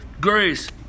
grace